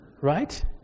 right